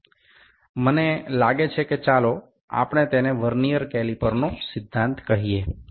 আমি মনে করি আমাদের এটিকে ভার্নিয়ার ক্যালিপারের মূলনীতি বলা যায়